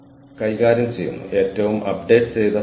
കൊള്ളാം ഞങ്ങളും അത് ചെയ്യുന്നു